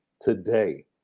today